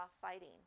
fighting